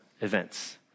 events